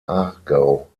aargau